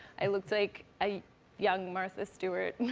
i looked like a young martha stewart.